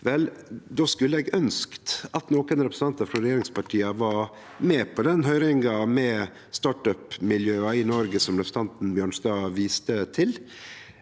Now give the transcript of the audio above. då skulle eg ønskt at nokre representantar frå regjeringspartia var med på høyringa med startup-miljøa i Noreg, som representanten Bjørnstad viste til.